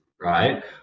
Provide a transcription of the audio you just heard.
right